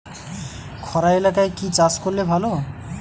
খরা এলাকায় কি চাষ করলে ভালো?